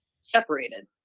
separated